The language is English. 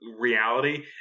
reality